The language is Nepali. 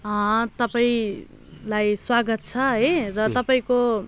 तपाईँलाई स्वागत छ है र तपाईँको